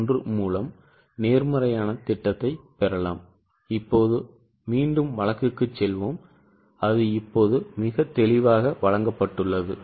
1 மூலம் நேர்மறையான திட்டத்தை பெறலாம் இப்போது மீண்டும் வழக்குக்குச் செல்வோம் அது இப்போது மிகத் தெளிவாக வழங்கப்பட்டுள்ளது